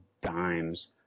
dimes